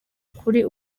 kuri